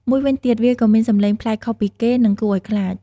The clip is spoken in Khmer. មួយវិញទៀតវាក៏មានសំឡេងប្លែកខុសពីគេ និងគួរឱ្យខ្លាច។